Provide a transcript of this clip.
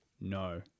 no